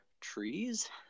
Trees